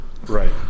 Right